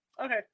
Okay